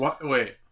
Wait